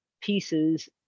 pieces